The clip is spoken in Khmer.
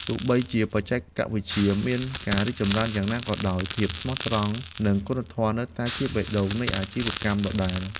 ទោះបីជាបច្ចេកវិទ្យាមានការរីកចម្រើនយ៉ាងណាក៏ដោយ ក៏ភាពស្មោះត្រង់និងគុណធម៌នៅតែជាបេះដូងនៃអាជីវកម្មដដែល។